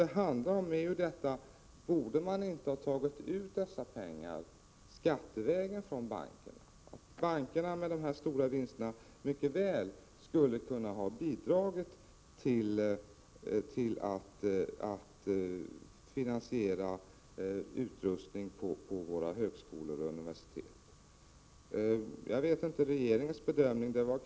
Det handlar alltså om detta: Borde inte staten vara beredd att ta dessa pengar skattevägen från bankerna, som med sina stora vinster mycket väl skulle kunna bidra till att finansiera utrustning på våra högskolor och universitet? Jag vet inte vilken bedömning regeringen gjorde.